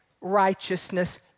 righteousness